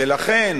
ולכן